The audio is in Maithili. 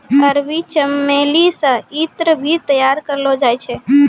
अरबी चमेली से ईत्र भी तैयार करलो जाय छै